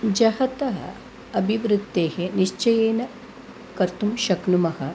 जगतः अभिवृद्धिः निश्चयेन कर्तुं शक्नुमः